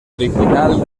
original